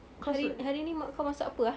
hari hari ni mak kau masak apa ah